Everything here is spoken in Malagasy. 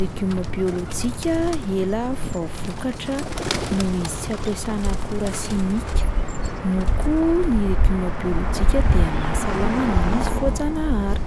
legioma biôlôjika ela vao vokatra noho izy tsy ampiasana akora simika, moa koa ny legioma biôlôjika dia mahasalama noho izy voajanahary.